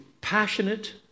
passionate